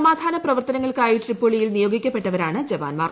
സമധാന പ്രവർത്തനങ്ങൾക്കായി ട്രിപോളിയിൽ നിയോഗിക്കപ്പെട്ടവരാണ് ജവാൻമാർ